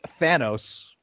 Thanos